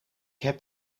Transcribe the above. heb